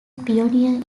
pioneer